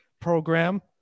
program